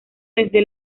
desde